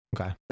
Okay